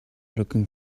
looking